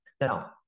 now